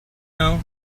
know